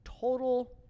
total